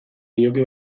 nioke